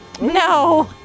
No